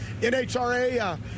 NHRA